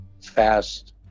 fast